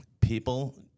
People